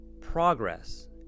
Progress